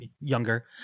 younger